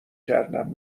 کردم